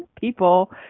people